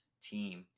team